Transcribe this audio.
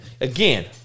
again